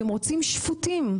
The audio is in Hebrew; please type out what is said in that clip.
אתם רוצים שפוטים.